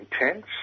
intense